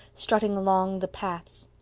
strutting along the paths.